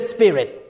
Spirit